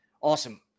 Awesome